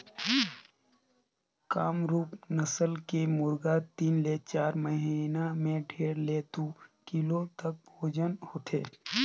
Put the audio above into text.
कामरूप नसल के मुरगा तीन ले चार महिना में डेढ़ ले दू किलो तक ओजन होथे